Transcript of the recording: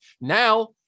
Now